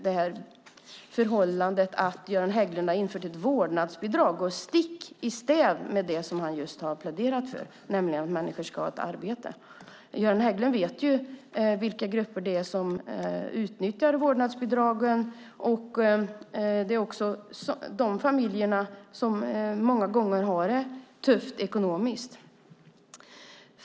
Men förhållandet att Göran Hägglund har infört ett vårdnadsbidrag går stick i stäv med det han just pläderat för, nämligen att människor ska ha ett arbete. Göran Hägglund vet ju vilka grupper det är som utnyttjar vårdnadsbidragen. Det är också dessa familjer som många gånger har det tufft ekonomiskt.